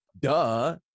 Duh